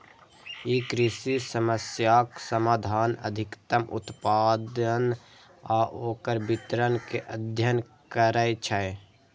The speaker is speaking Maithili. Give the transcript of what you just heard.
ई कृषि समस्याक समाधान, अधिकतम उत्पादन आ ओकर वितरण के अध्ययन करै छै